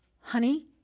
Honey